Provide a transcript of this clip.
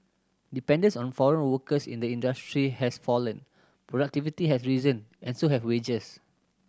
dependence on foreign workers in the industry has fallen productivity has risen and so have wages